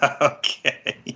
Okay